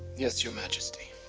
yes, your majesty.